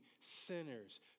sinners